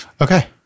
Okay